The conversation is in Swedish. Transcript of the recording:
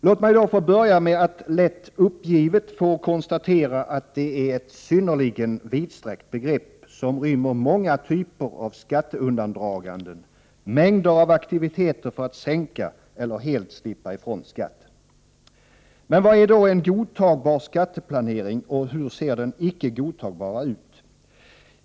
Låt mig då få börja med att lätt uppgivet få konstatera, att det är ett synnerligen vidsträckt begrepp som rymmer många typer av skatteundandragande, mängder av aktiviteter för att sänka eller helt slippa ifrån skatten. Men vad är då en godtagbar skatteplanering, och hur ser den icke godtagbara ut?